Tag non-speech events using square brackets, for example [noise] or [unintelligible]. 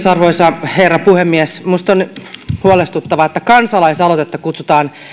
[unintelligible] arvoisa herra puhemies minusta on huolestuttavaa että kansalaisaloitetta kutsutaan